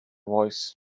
voice